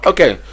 Okay